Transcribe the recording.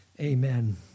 Amen